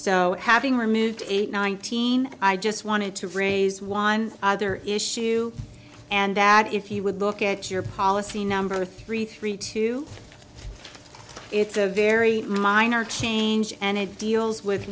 so having removed eight nineteen i just wanted to raise one other issue and that if you would look at your policy number three three two it's a very minor change and it deals with